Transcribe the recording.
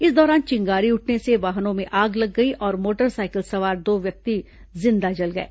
इस दौरान चिंगारी उठने से वाहनों में आग लग गई और मोटर सायकल सवार दो व्यक्ति जिंदा जल गए